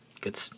Good